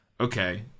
Okay